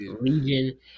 region